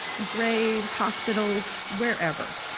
graves, hospitals, wherever.